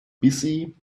busy